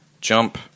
jump